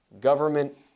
government